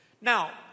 Now